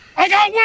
i got yeah